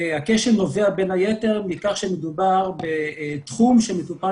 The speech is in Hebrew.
הכשל נובע בין היתר מכך שמדובר בתחום שמטופל